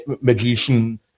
magician